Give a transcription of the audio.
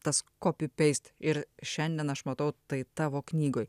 tas kopi peist ir šiandien aš matau tai tavo knygoj